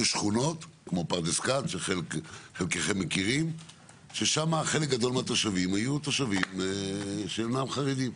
שכונות כמו פרדס כץ ששם חלק גדול מהתושבים היו תושבים שאינם חרדים.